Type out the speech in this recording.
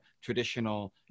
traditional